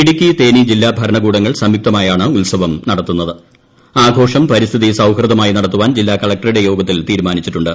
ഇടുക്കി തേനി ജില്ലാ ഭരണകൂടങ്ങൾ സംയുക്തമായാണ് ഉൽസവം നടത്തുന്നത് ആഘോഷം പരിസ്ഥിതിസൌഹാർദ്ദമായി നടത്തുവാൻ ജില്ലാകലക്ടറുടെ യോഗത്തിൽ തീരുമാനിച്ചിട്ടുണ്ട്